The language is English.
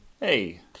Hey